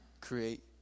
create